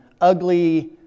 ugly